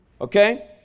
Okay